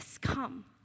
come